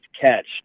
catch